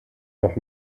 noch